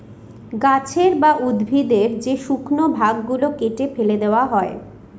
গাছের বা উদ্ভিদের যে শুকনো ভাগ গুলো কেটে ফেলে দেওয়া হয়